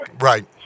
Right